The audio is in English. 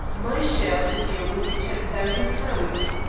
my share of the deal will be ten thousand pounds.